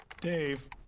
Dave